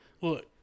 Look